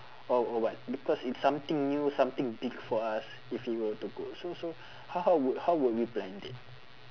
or or what because it's something new something big for us if we were to go so so how how would how would we planned it